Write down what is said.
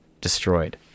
destroyed